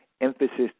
emphasis